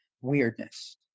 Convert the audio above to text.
weirdness